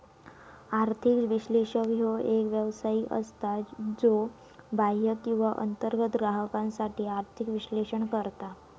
आर्थिक विश्लेषक ह्यो एक व्यावसायिक असता, ज्यो बाह्य किंवा अंतर्गत ग्राहकांसाठी आर्थिक विश्लेषण करता